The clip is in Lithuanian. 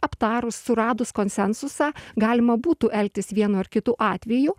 aptarus suradus konsensusą galima būtų elgtis vienu ar kitu atveju